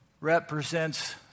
represents